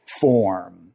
form